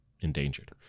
endangered